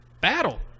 battle